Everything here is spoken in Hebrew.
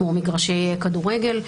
כמו מגרשי כדורגל.